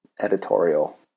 editorial